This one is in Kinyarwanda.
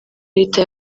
leta